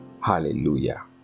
Hallelujah